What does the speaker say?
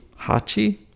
Hachi